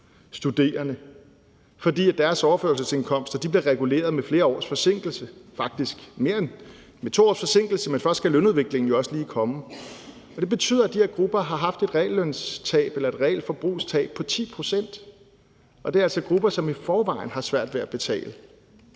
studerende, fordi deres overførselsindkomster bliver reguleret med flere års forsinkelse – med 2 års forsinkelse, men først skal lønudviklingen jo også lige komme. Det betyder, at de her grupper har haft et reallønstab eller et realforbrugstab på 10 pct., og det er altså grupper, som i forvejen har svært ved at betale.